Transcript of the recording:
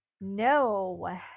No